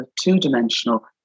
two-dimensional